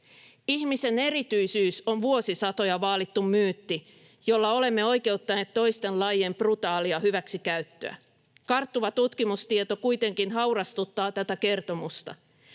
Ihmisen erityisyys on vuosisatoja vaalittu myytti, jolla olemme oikeuttaneet toisten lajien brutaalia hyväksikäyttöä. Karttuva tutkimustieto kuitenkin haurastuttaa tätä kertomusta.